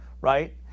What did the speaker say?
Right